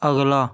अगला